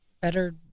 better